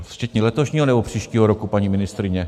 Včetně letošního, nebo příštího roku, paní ministryně?